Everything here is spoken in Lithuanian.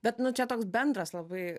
bet nu čia toks bendras labai